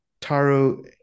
Taro